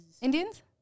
Indians